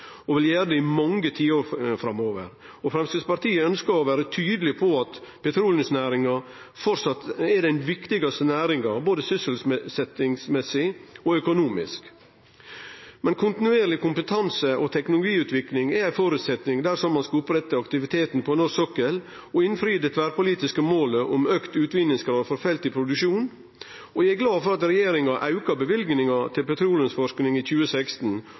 og vil gjere det i mange tiår framover. Framstegspartiet ønskjer å vere tydeleg på at petroleumsnæringa framleis er den viktigaste næringa både økonomisk og når det gjeld sysselsetjing. Kontinuerleg kompetanse- og teknologiutvikling er ein føresetnad dersom ein skal halde oppe aktiviteten på norsk sokkel og innfri det tverrpolitiske målet om auka utvinningsgrad frå felt i produksjon. Eg er glad for at regjeringa auka løyvinga til petroleumsforsking i 2016,